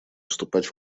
вступать